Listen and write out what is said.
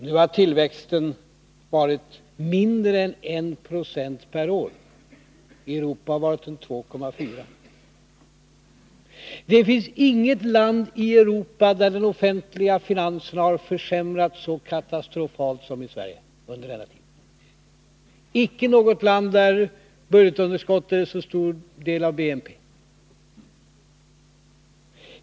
Nu har tillväxten varit mindre än 1 96 per år, i Europa totalt har den varit 2,4 26. Det finns inget land i Europa där de offentliga finanserna har försämrats så katastrofalt under denna tid som i Sverige, icke något land där budgetunderskottet utgör så stor del av BNP.